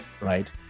right